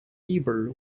heber